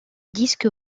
disque